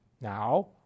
Now